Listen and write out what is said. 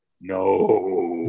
no